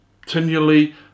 continually